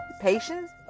patience